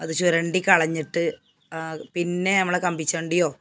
അത് ചുരണ്ടി കളഞ്ഞിട്ട് പിന്നെ അമ്മളെ കമ്പിച്ചണ്ടിയോ